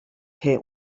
que